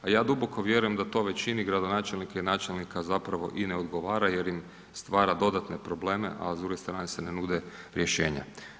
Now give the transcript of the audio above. A ja duboko vjerujem da to većini gradonačelnika i načelnika i ne odgovara jer im stvara dodatne probleme, a s druge strane se ne nude rješenja.